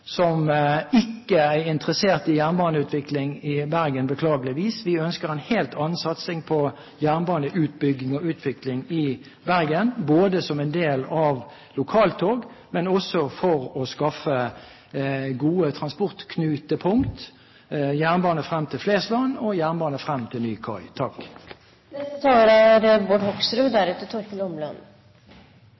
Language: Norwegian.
som ikke er interessert i jernbaneutvikling i Bergen, beklageligvis. Vi ønsker en helt annen satsing på jernbaneutbygging og -utvikling i Bergen, både som en del av lokaltog og også for å skaffe gode transportknutepunkt, jernbane frem til Flesland og jernbane frem til ny